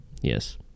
Yes